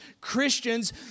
Christians